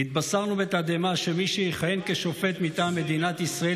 נתבשרנו בתדהמה שמי שיכהן כשופט מטעם מדינת ישראל